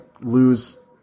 lose